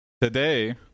Today